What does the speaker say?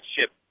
ship